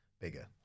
bigger